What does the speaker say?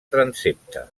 transsepte